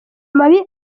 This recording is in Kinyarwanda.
mabi